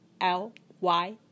L-Y